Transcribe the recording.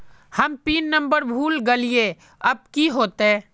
हम pin number भूल गलिऐ अब की होते?